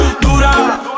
Dura